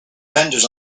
vendors